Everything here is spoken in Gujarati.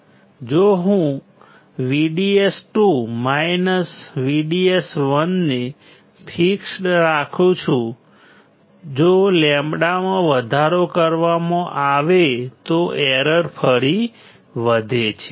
જો હું VDS2 VDS1 ને ફિક્સ્ડ રાખું છું જો λ માં વધારો કરવામાં આવે તો એરર ફરી વધે છે